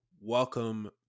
welcome